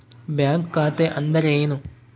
Bank ಖಾತೆ ಅಂದರೆ ಏನು?